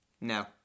No